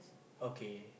okay